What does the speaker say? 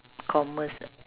commerce